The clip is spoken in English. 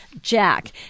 Jack